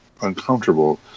uncomfortable